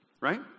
Right